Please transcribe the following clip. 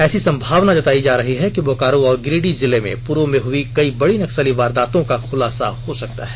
ऐसी संभावना जताई जा रही है कि बोकारो और गिरिडीह जिले में पूर्व में हुई बड़ी नक्सली वारदातों का खुलासा हो सकता है